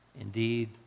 Indeed